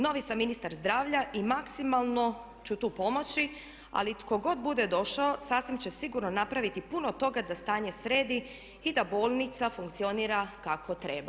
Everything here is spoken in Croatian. Nosi sam ministar zdravlja i maksimalno ću tu pomoći ali tko god bude došao sasvim će sigurno napraviti puno toga da stanje sredi i da bolnica funkcionira kako treba.